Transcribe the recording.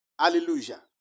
Hallelujah